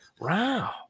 Wow